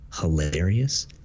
hilarious